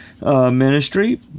ministry